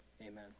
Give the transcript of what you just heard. amen